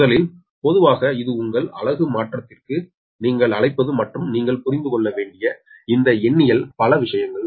எனவே முதலில் பொதுவாக இது உங்கள் அலகு மாற்றத்திற்கு நீங்கள் அழைப்பது மற்றும் நீங்கள் புரிந்து கொள்ள வேண்டிய இந்த எண்ணியல் பல விஷயங்கள்